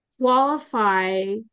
qualify